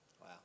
Wow